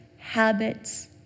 habits